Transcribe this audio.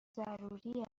ضروری